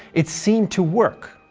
it seemed to work.